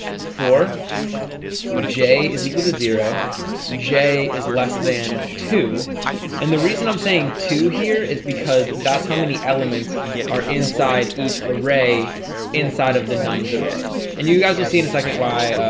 for and j is equal to zero j is less than two and the reason i'm saying two here is because that's how many elements are inside each array inside of the nums array and you guys will see in a second. why?